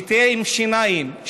שתהיה עם שיניים,